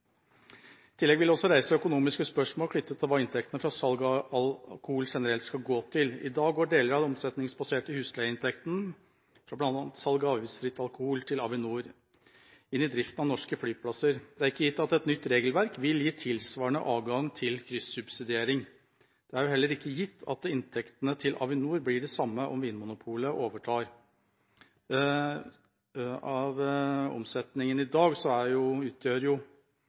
tillegg vil det også reise økonomiske spørsmål knyttet til hva inntektene fra salg av alkohol generelt skal gå til. I dag går deler av den omsetningsbaserte husleieinntekten, for bl.a. salg av avgiftsfri alkohol, til Avinor og da inn i driften av norske flyplasser. Det er ikke gitt at et nytt regelverk vil gi tilsvarende adgang til kryssubsidiering. Det er heller ikke gitt at inntektene til Avinor blir de samme om Vinmonopolet overtar. Av omsetningen i dag